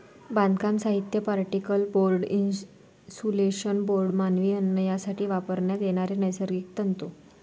बांधकाम साहित्य, particle board, insulation board, मानवी अन्न यासाठी वापरण्यात येणारे नैसर्गिक तंतू